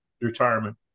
retirement